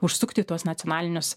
užsukti į tuos nacionalinius